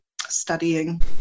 studying